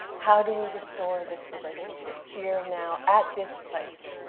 how do we restore this relationship, here, and now, at this place?